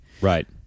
right